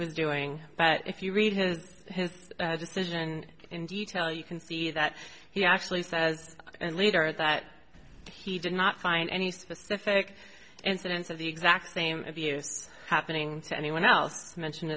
was doing but if you read his his decision in detail you can see that he actually says and leader that he did not find any specific incidents of the exact same abuse happening to anyone else mentioned